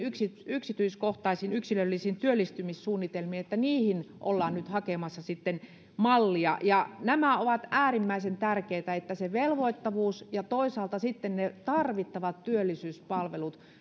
yksityiskohtaisiin yksilöllisiin työllistymissuunnitelmiin ollaan hakemassa mallia on äärimmäisen tärkeätä että on se velvoittavuus ja toisaalta sitten ne tarvittavat työllisyyspalvelut